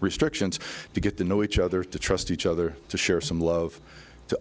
restrictions to get to know each other to trust each other to share some love to